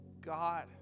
God